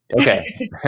Okay